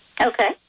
Okay